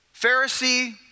Pharisee